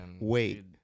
Wait